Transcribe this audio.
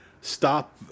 stop